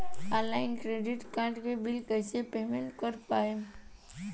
Online credit card के बिल कइसे पेमेंट कर पाएम?